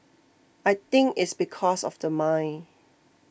I think it's because of the mine